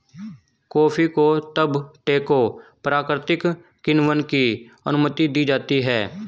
coffee को तब टैंकों प्राकृतिक किण्वन की अनुमति दी जाती है